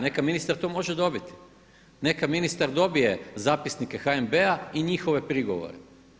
Neka ministar to može dobiti, neka ministar dobije zapisnike HNB-a i njihove prigovore.